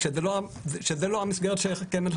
כשזה לא המסגרת ש --- כן,